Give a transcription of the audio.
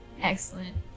excellent